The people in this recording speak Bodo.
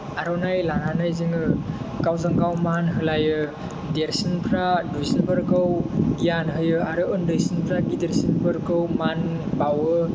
आर'नाइ लानानै जोङो गावजों गाव मान होलायो देरसिनफ्रा दुइसिनफोरखौ गियान होयो आरो उन्दैसिनफ्रा गिदिरसिनफोरखौ मान बावो